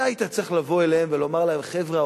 אתה היית צריך לבוא אליהם ולומר להם: חבר'ה,